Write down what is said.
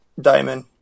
Diamond